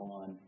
on